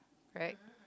right